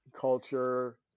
culture